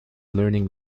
learning